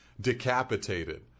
decapitated